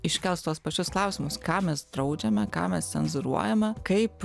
iškels tuos pačius klausimus ką mes draudžiame ką mes cenzūruojame kaip